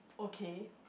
okay